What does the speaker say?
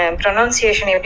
pronunciation